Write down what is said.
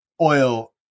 oil